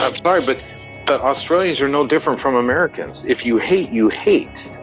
i'm sorry but the australians are no different from americans. if you hate, you hate.